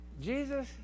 Jesus